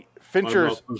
Fincher's